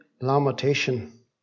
lamentation